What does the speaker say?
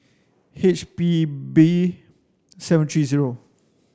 H P B seven three zero